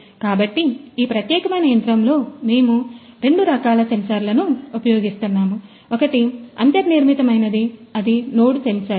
కాబట్టి ఈ ప్రత్యేకమైన యంత్రంలో మేము రెండు రకాల సెన్సార్లను ఉపయోగిస్తున్నాము ఒకటి అంతర్నిర్మితమైనది అది నోడ్ సెన్సార్